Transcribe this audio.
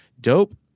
dope